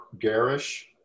garish